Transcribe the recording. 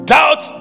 Doubt